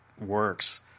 works